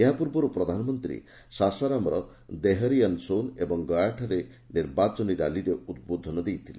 ଏହାପୂର୍ବରୁ ପ୍ରଧାନମନ୍ତ୍ରୀ ସାସରାମର ଦେହରି ଅନ୍ ସୋନ୍ ଓ ଗୟାଠାରେ ନିର୍ବାଚନୀ ରାଲିରେ ଉଦ୍ବୋଧନ ଦେଇଥିଲେ